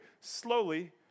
Slowly